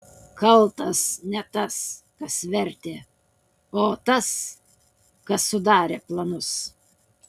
kaltas ne tas kas vertė o tas kas sudarė planus